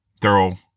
thorough